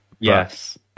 Yes